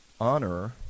honor